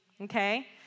okay